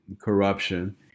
corruption